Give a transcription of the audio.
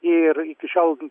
ir iki šiol